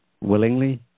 willingly